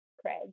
Craig